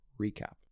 Recap